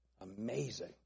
Amazing